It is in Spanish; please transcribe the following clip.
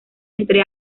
entre